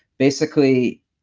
basically,